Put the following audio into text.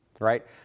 right